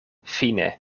fine